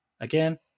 again